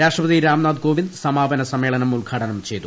രാഷ്ട്രപതി രാംനാഥ് കോവിന്ദ് സമാപന സമ്മേളനം ഉദ്ഘാടനം ചെയ്തു